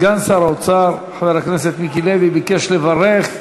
סגן שר האוצר חבר הכנסת מיקי לוי ביקש לברך.